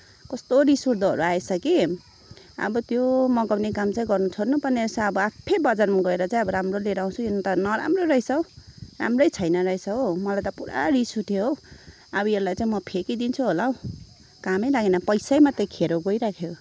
कस्तो रिस उठ्दोहरू आएछ कि अब त्यो मगाउने काम चाहिँ गर्नु छोड्नु पर्ने रहेछ अब आफै बजारमा गएर चाहिँ अब राम्रो लिएर आउँछु अन्त नराम्रो रहेछ हौ राम्रै छैन रहेछ हौ मलाई त पुरा रिस उठ्यो हौ अब यसलाई चाहिँ म फ्याँकिदिन्छु होला हौ कामै लागेन पैसै मात्रै खेर गइराख्यो